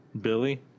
Billy